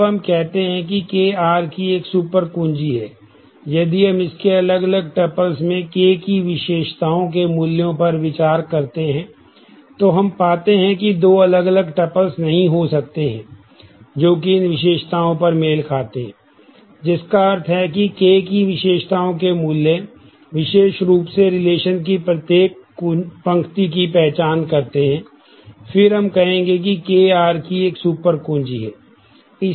अब हम कहते हैं कि K R की एक सुपर कुंजी है यदि हम इसके अलग अलग tuples में K की विशेषताओं के मूल्यों पर विचार करते हैं तो हम पाते हैं कि दो अलग अलग tuples नहीं हो सकते हैं जोकि इन विशेषताओं पर मेल खाते हैं जिसका अर्थ है कि K की विशेषताओं के मूल्य विशिष्ट रूप से रिलेशन की प्रत्येक पंक्ति की पहचान करते हैं फिर हम कहेंगे कि K R की एक सुपर कुंजी है